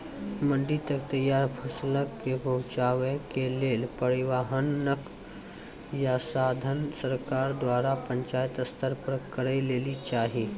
मंडी तक तैयार फसलक पहुँचावे के लेल परिवहनक या साधन सरकार द्वारा पंचायत स्तर पर करै लेली चाही?